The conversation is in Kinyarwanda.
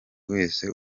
wese